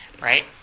Right